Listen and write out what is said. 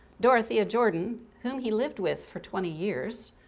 dorothea jordan, whom he lived with for twenty years,